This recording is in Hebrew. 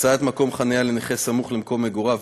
(הקצאת מקום חניה לנכה סמוך למקום מגוריו),